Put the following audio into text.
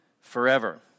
forever